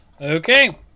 Okay